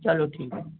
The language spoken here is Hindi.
चलो ठीक है